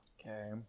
Okay